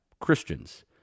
Christians